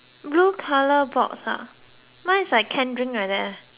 box ah mine is like can drink like that eh